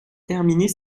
terminer